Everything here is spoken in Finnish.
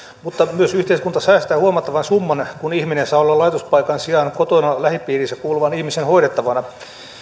mutta yhteiskunta myös säästää huomattavan summan kun ihminen saa olla laitospaikan sijaan kotona lähipiiriinsä kuuluvan ihmisen hoidettavana